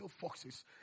foxes